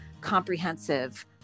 comprehensive